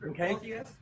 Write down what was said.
okay